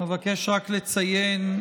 אבקש רק לציין,